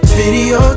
video